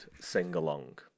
sing-along